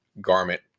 garment